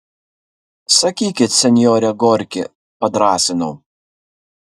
sakykit sinjore gorki padrąsinau